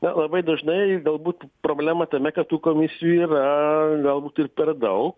na labai dažnai galbūt problema tame kad tų komisijų yra galbūt ir per daug